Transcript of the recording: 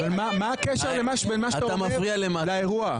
מה הקשר בין מה שאתה אומר לבין האירוע?